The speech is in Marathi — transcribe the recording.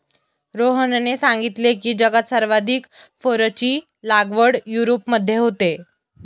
रोहनने सांगितले की, जगात सर्वाधिक फरची लागवड युरोपमध्ये होते